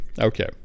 Okay